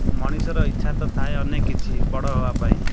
ମଣିଷର ଇଚ୍ଛା ତ ଥାଏ ଅନେକ କିଛି ବଡ଼ ହେବା ପାଇଁ